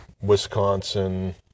Wisconsin